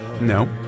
No